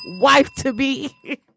wife-to-be